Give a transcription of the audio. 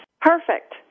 Perfect